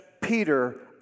Peter